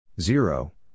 Zero